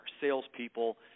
salespeople